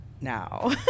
now